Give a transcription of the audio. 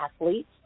athletes